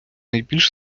найбільш